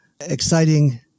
exciting